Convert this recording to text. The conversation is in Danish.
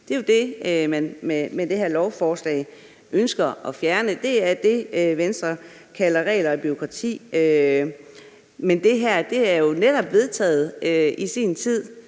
Det er jo det, som man med det her lovforslag ønsker at fjerne; det er det, som Venstre kalder regler og bureaukrati. Men det her er jo netop vedtaget i sin tid